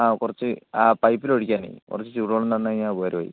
ആ കുറച്ച് ആ പൈപ്പിൽ ഒഴിക്കാനാണ് കുറച്ച് ചൂടു വെള്ളം തന്നു കഴിഞ്ഞാൽ ഉപകാരം ആയി